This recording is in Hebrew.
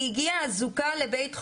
היא הגיעה אזוקה לבית חולים.